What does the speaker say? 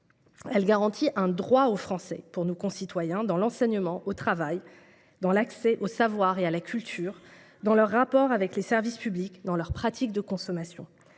Elle garantit un droit au français pour nos concitoyens, dans l’enseignement, au travail, dans l’accès aux savoirs et à la culture, dans leurs rapports avec les services publics ou dans leurs pratiques de consommation.